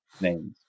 names